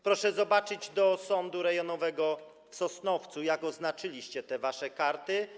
Proszę zajrzeć do Sądu Rejonowego w Sosnowcu, jak oznaczyliście te wasze karty.